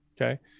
Okay